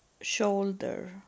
shoulder